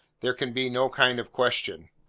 there can be no kind of question.